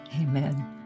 Amen